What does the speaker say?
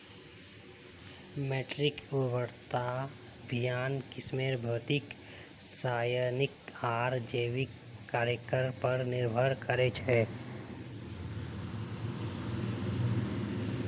मिट्टीर उर्वरता विभिन्न किस्मेर भौतिक रासायनिक आर जैविक कारकेर पर निर्भर कर छे